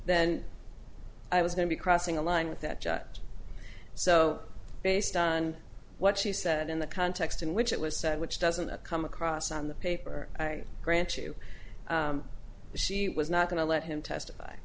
then i was going to be crossing a line with that judge so based on what she said in the context in which it was said which doesn't come across on the paper i grant you she was not going to let him testify